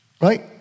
right